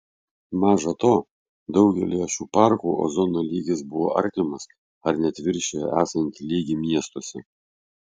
maža to daugelyje šių parkų ozono lygis buvo artimas ar net viršijo esantį lygį miestuose